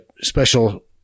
special